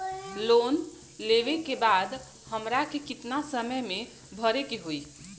Loan लेवे के बाद हमरा के कितना समय मे भरे के होई?